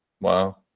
Wow